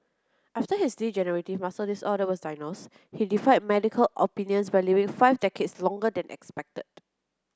after his degenerative muscle disorder was diagnosed he defied medical opinions by living five decades longer than expected